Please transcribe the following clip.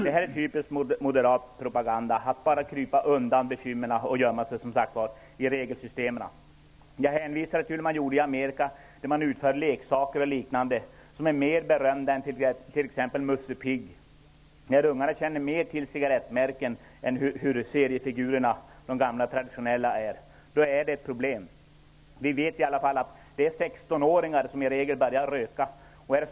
Det är typisk moderat propaganda att bara krypa undan bekymren och gömmma sig bakom regelsystemen. Jag hänvisade till Amerika, där man tillverkar leksaker och liknande som är mer kända än t.ex. Musse Pigg. Ungarna känner bättre till cigarettmärken än hur de gamla traditionella seriefigurerna ser ut. Då är det ett problem. Vi vet att det i regel är 16-åringar som börjar att röka.